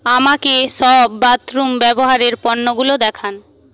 আমাকে সব বাথরুম ব্যবহারের পণ্যগুলো দেখান